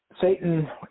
Satan